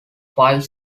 five